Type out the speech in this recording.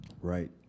Right